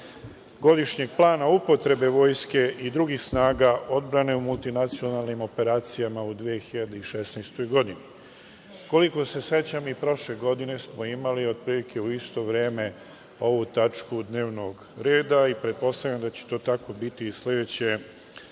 godišnjeg plana upotrebe vojske i drugih snaga odbrane u multinacionalnim operacijama u 2016. godini. Koliko se sećam i prošle godine smo imali otprilike u isto vreme ovu tačku dnevnog reda i pretpostavljam da će to tako biti i sledeće